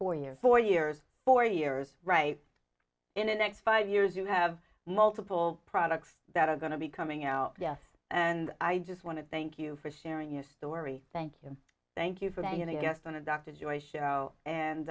four years four years four years right in the next five years you have multiple products that are going to be coming out yes and i just want to thank you for sharing your story thank you thank you for taking the guest on a dr joy show and